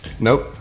Nope